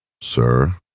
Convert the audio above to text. sir